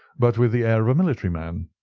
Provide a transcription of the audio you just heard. but with the air of a military man.